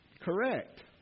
correct